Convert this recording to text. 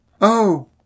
Oh